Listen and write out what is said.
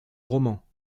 romans